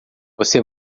você